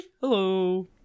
Hello